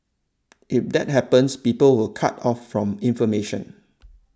if that happens people will cut off from information